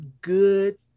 good